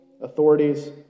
authorities